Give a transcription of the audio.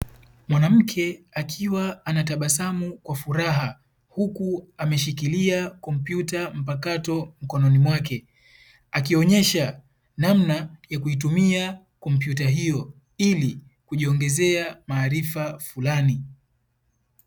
Mwanamke akiwa anatabasamu kwa furaha huku ameshikilia kompyuta mpakato mkononi mwake, akionyesha namna ya kuitumia kompyuta hiyo ili kujiongezea maarifa fulani.